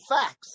facts